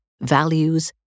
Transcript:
values